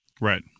Right